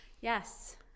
Yes